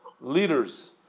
leaders